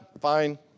fine